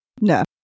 No